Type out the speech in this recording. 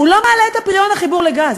הוא לא מעלה את הפריון, החיבור לגז.